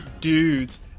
Dudes